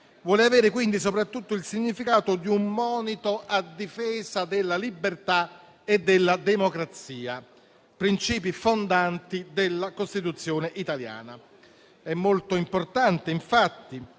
vuole avere quindi soprattutto il significato di un monito a difesa della libertà e della democrazia, principi fondanti della Costituzione italiana. È molto importante infatti,